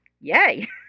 yay